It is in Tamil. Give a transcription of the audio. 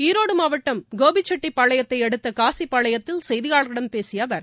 ஈரோடு மாவட்டம் கோபிச் செட்டிப்பாளையத்தை அடுத்த காசிப்பாளையத்தில் செய்தியாளர்களிடம் பேசிய அவர்